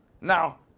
now